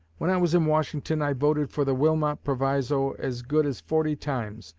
when i was in washington i voted for the wilmot proviso as good as forty times,